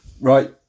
Right